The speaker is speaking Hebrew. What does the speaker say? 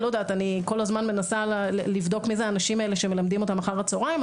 אני כל הזמן מנסה לבדוק מי אלו האנשים האלה שמלמדים אותם אחר הצוהריים.